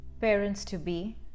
parents-to-be